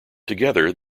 together